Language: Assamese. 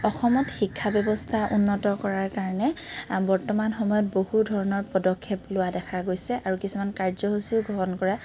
অসমত শিক্ষা ব্যৱস্থা উন্নত কৰাৰ কাৰণে বৰ্তমান সময়ত বহু ধৰণৰ পদক্ষেপ লোৱা দেখা গৈছে আৰু কিছুমান কাৰ্যসূচীও গ্ৰহণ কৰা